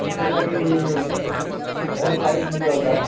ସେଥିର୍ ଲାଗି ଭଲ୍ ପାଇପ୍ ବି ଦରକାର୍